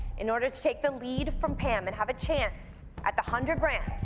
in order to take the lead from pam and have a chance at the hundred grand,